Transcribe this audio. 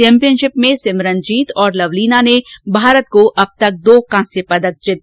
championship में सिमरनजीत और लवलीना ने भारत को अब तक दो कांस्य पदक दिलाए हैं